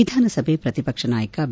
ವಿಧಾನಸಭೆ ಪ್ರತಿಪಕ್ಷ ನಾಯಕ ಬಿ